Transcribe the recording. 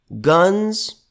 Guns